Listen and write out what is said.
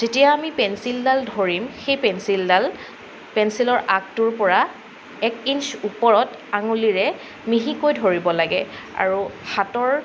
যেতিয়া আমি পেঞ্চিলডাল ধৰিম সেই পেঞ্চিলডাল পেঞ্চিলৰ আগটোৰ পৰা এক ইঞ্চ ওপৰত আঙুলিৰে মিহিকৈ ধৰিব লাগে আৰু হাতৰ